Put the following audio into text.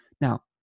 Now